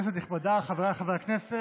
כנסת נכבדה, חבריי חברי הכנסת,